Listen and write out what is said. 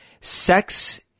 sex